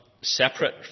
Separate